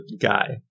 guy